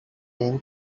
rain